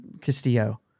Castillo